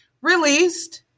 released